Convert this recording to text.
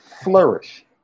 flourish